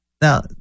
now